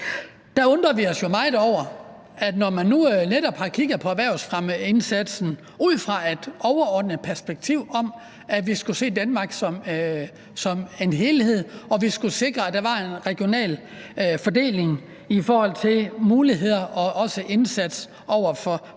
Der undrer vi os jo meget, i forhold til at man nu netop har kigget på erhvervsfremmeindsatsen ud fra et overordnet perspektiv, altså at vi skulle se Danmark som en helhed, og at vi skulle sikre, at der var en regional fordeling i forhold til muligheder og også indsats over for private virksomheder